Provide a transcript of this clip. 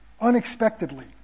unexpectedly